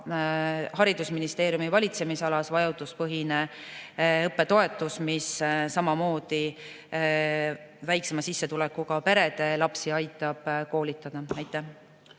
haridusministeeriumi valitsemisalas vajaduspõhist õppetoetust, mis samamoodi aitab väiksema sissetulekuga perede lapsi koolitada. Suur